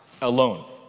alone